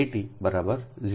66280 0